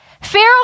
Pharaoh